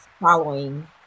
following